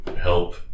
help